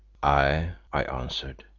aye, i answered.